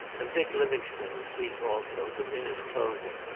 and dick livingstone asleep also, but in his clothing,